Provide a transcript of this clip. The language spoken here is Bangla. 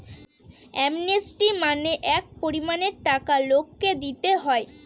অ্যামনেস্টি মানে এক পরিমানের টাকা লোককে দিতে হয়